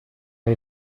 ahí